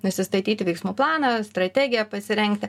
nusistatyti veiksmų planą strategiją pasirengti